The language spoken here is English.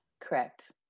Correct